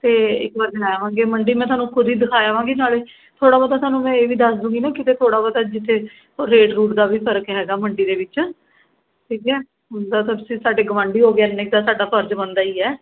ਅਤੇ ਇੱਕ ਵਾਰ ਜਾਏ ਆਵਾਂਗੇ ਮੰਡੀ ਮੈਂ ਤੁਹਾਨੂੰ ਖੁਦ ਹੀ ਦਿਖਾਏ ਆਵਾਂਗੀ ਨਾਲੇ ਥੋੜ੍ਹਾ ਬਹੁਤਾ ਤੁਹਾਨੂੰ ਮੈਂ ਇਹ ਵੀ ਦੱਸ ਦੂੰਗੀ ਨਾ ਕਿਤੇ ਥੋੜ੍ਹਾ ਬਹੁਤਾ ਜਿੱਥੇ ਰੇਟ ਰੂਟ ਦਾ ਵੀ ਫਰਕ ਹੈਗਾ ਮੰਡੀ ਦੇ ਵਿੱਚ ਠੀਕ ਹੈ ਹੁਣ ਤਾਂ ਤੁਸੀਂ ਸਾਡੇ ਗਵਾਂਢੀ ਹੋ ਗਏ ਇੰਨੇ ਤਾਂ ਸਾਡਾ ਫਰਜ਼ ਬਣਦਾ ਹੀ ਹੈ